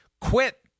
quit